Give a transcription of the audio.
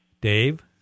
Dave